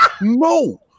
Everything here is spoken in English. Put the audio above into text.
No